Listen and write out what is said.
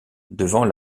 devant